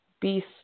Beast